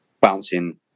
bouncing